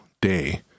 day